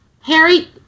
Harry